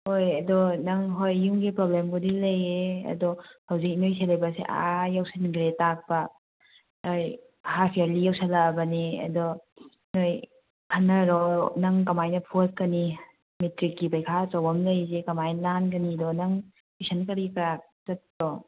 ꯍꯣꯏ ꯑꯗꯣ ꯅꯪ ꯍꯣꯏ ꯌꯨꯝꯒꯤ ꯄ꯭ꯔꯣꯕ꯭ꯂꯦꯝꯕꯨꯗꯤ ꯂꯩꯌꯦ ꯑꯗꯣ ꯍꯧꯖꯤꯛ ꯅꯣꯏ ꯁꯦꯂꯦꯕꯁꯁꯦ ꯑꯥ ꯌꯧꯁꯟꯈ꯭ꯔꯦ ꯇꯥꯛꯄ ꯅꯣꯏ ꯍꯥꯐ ꯌꯥꯔꯂꯤ ꯌꯧꯁꯜꯂꯛꯑꯕꯅꯤ ꯑꯗꯣ ꯅꯣꯏ ꯈꯟꯅꯔꯣ ꯅꯪ ꯀꯃꯥꯏꯅ ꯐꯨꯒꯠꯀꯅꯤ ꯃꯦꯇ꯭ꯔꯤꯛꯀꯤ ꯄꯩꯈꯥ ꯑꯆꯧꯕ ꯑꯃ ꯂꯩꯁꯦ ꯀꯃꯥꯏ ꯂꯥꯟꯒꯅꯤꯗꯣ ꯅꯪ ꯇꯨꯏꯁꯟ ꯀꯔꯤ ꯀꯔꯥ ꯆꯠꯄ꯭ꯔꯣ